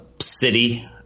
city